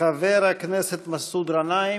חבר הכנסת מסעוד גנאים,